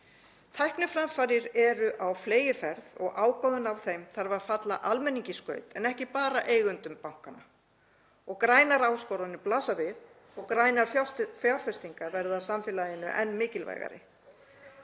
Tækniframfarir eru á fleygiferð og ágóðinn af þeim þarf að falla almenningi í skaut en ekki bara eigendum bankanna. Grænar áskoranir blasa við og grænar fjárfestingar verða samfélaginu enn mikilvægari.